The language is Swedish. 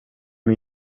min